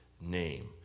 name